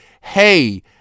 hey